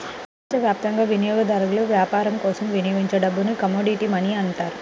ప్రపంచవ్యాప్తంగా వినియోగదారులు వ్యాపారం కోసం ఉపయోగించే డబ్బుని కమోడిటీ మనీ అంటారు